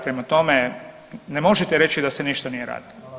Prema tome, ne možete reći da se ništa nije radilo.